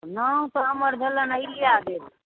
नाम तऽ हमर भेलनि अहिल्या देवी